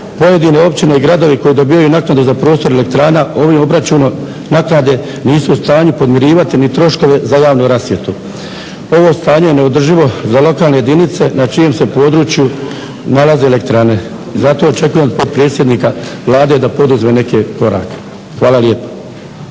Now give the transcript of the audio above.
Pojedine općine i gradovi koji dobivaju naknadu za prostor elektrana ovim obračunom naknade nisu u stanju podmirivati ni troškove za javnu rasvjetu. Ovo stanje je neodrživo za lokalne jedinice na čijem se području nalaze elektrane. Zato očekujem od potpredsjednika Vlade da poduzme neke korake. Hvala lijepa.